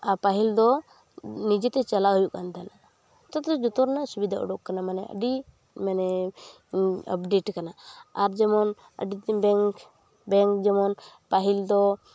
ᱟᱨ ᱯᱟᱦᱤᱞᱫᱚ ᱱᱤᱡᱮᱛᱮ ᱪᱟᱞᱟᱜ ᱦᱩᱭᱩᱜ ᱠᱟᱱ ᱛᱟᱦᱮᱱᱟ ᱱᱤᱛᱚᱜᱫᱚ ᱡᱚᱛᱚ ᱨᱮᱱᱟᱜ ᱥᱩᱵᱤᱫᱷᱟ ᱩᱰᱩᱠ ᱠᱟᱱᱟ ᱢᱟᱱᱮ ᱟᱹᱰᱤ ᱢᱟᱱᱮ ᱟᱯᱰᱮᱴ ᱟᱠᱟᱱᱟ ᱟᱨ ᱡᱮᱢᱚᱱ ᱟᱹᱰᱤᱫᱤᱱ ᱵᱮᱝᱠ ᱵᱮᱝᱠ ᱡᱮᱢᱚᱱ ᱯᱟᱦᱤᱞᱫᱚ